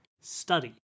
study